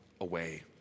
away